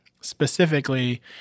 specifically